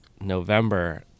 November